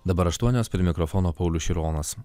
dabar aštuonios prie mikrofono paulius šironas